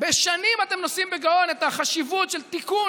שנים אתם נושאים בגאון את החשיבות של תיקון,